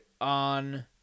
on